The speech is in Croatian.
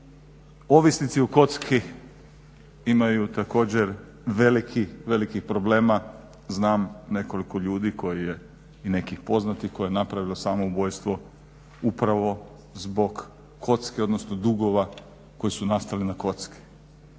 Ovisnici o kocki imaju također velikih, velikih problema. Znam nekoliko ljudi koje je i nekih poznatih koje je napravilo samoubojstvo upravo zbog kocke odnosno dugova koji su nastali na kocki.